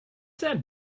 that